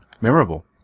memorable